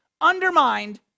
undermined